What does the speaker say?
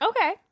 okay